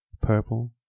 purple